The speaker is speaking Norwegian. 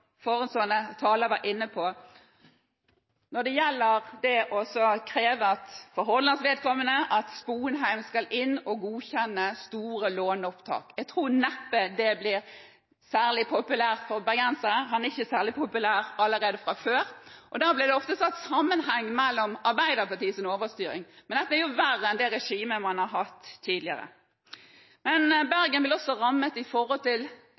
taler var inne på, når det gjelder det å kreve, for Hordalands vedkommende, at Sponheim skal inn og godkjenne store låneopptak. Jeg tror neppe det blir særlig populært for bergenserne – han er ikke særlig populær fra før – og da blir det ofte sett i sammenheng med Arbeiderpartiets overstyring. Men dette er jo verre enn det regimet man har hatt tidligere. Men Bergen blir også rammet av innstramminger i